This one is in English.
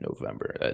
November